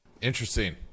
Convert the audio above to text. Interesting